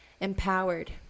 empowered